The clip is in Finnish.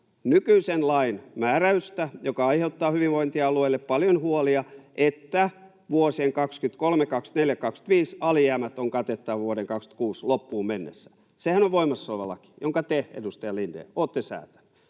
nykyisen lain määräystä, joka aiheuttaa hyvinvointialueille paljon huolia, että vuosien 23, 24 ja 25 alijäämät on katettava vuoden 26 loppuun mennessä. Sehän on voimassa oleva laki, jonka te, edustaja Lindén, olette säätäneet.